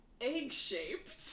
egg-shaped